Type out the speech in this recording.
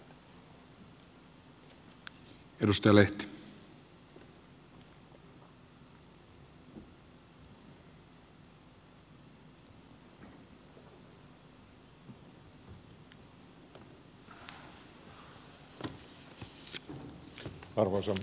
arvoisa herra puhemies